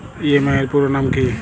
EMI এর পুরোনাম কী?